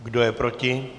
Kdo je proti?